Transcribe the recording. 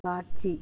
காட்சி